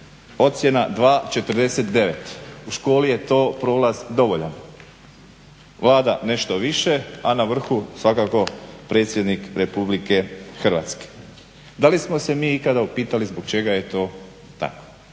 ocjena 2,49. U školi je to prolaz dovoljan. Vlada nešto više, a na vrhu svakako predsjednik Republike Hrvatske. Da li smo se mi ikada upitali zbog čega je to tako?